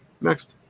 next